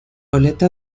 aleta